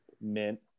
Mint